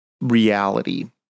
reality